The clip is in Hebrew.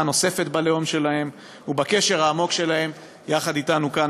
נוספת בלאום שלהם ובקשר העמוק שלהם יחד אתנו כאן,